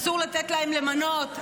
אסור לתת להם למנות.